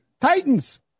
Titans